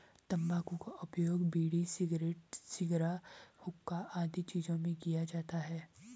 तंबाकू का उपयोग बीड़ी, सिगरेट, शिगार, हुक्का आदि चीजों में किया जाता है